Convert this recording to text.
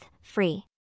free